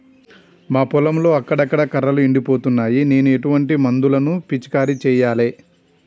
మా పొలంలో అక్కడక్కడ కర్రలు ఎండిపోతున్నాయి నేను ఎటువంటి మందులను పిచికారీ చెయ్యాలే?